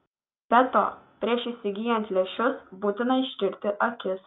be to prieš įsigyjant lęšius būtina ištirti akis